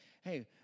Hey